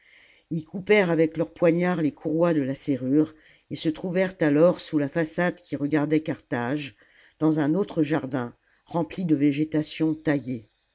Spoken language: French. ils coupèrent avec leurs poignards les courroies de la serrure et se trouvèrent alors sous la façade qui regardait carthage dans un autre jardin rempli de végétations taillées